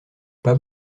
pas